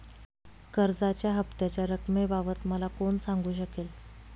कर्जाच्या हफ्त्याच्या रक्कमेबाबत मला कोण सांगू शकेल?